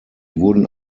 wurden